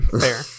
Fair